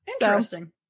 Interesting